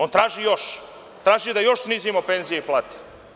On traži još, traži da još snizimo penzije i plate.